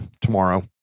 tomorrow